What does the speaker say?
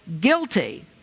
guilty